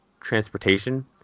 transportation